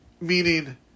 Meaning